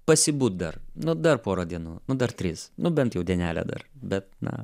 pasibūt dar nu dar pora dienų nu dar tris nu bent jau dienelę dar bet na